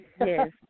yes